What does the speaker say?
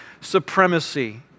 supremacy